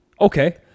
Okay